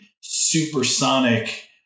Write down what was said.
supersonic